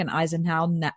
Eisenhower